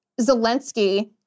Zelensky